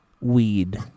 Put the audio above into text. Weed